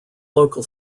local